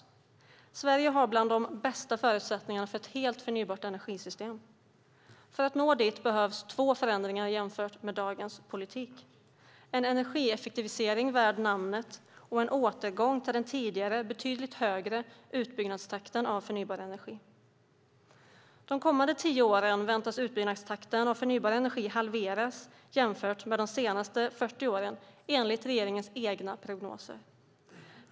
Sverige har bland de bästa förutsättningarna för ett helt förnybart energisystem. För att nå dit behövs två förändringar i förhållande till dagens politik: en energieffektivisering värd namnet och en återgång till den tidigare, betydligt högre, utbyggnadstakten av förnybar energi. De kommande tio åren väntas utbyggnadstakten av förnybar energi halveras jämfört med de senaste 40 åren enligt regeringens egna prognoser.